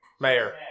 mayor